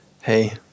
hey